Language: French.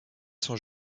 son